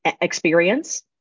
experience